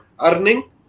earning